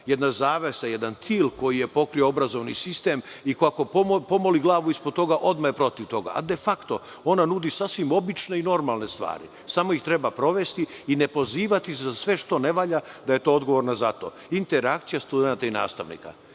jedna zavesa, jedan til koji je pokrio obrazovni sistem i kako ko pomoli glavu ispod toga, odmah je protiv toga. De fakto, ona nudi sasvim obične i normalne stvari, samo ih treba sprovesti i ne pozivati se za sve što ne valja da je to odgovorna za to. Interakcija studenata i nastavnika.